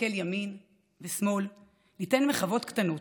להסתכל לימין ולשמאל, ליתן מחוות קטנות,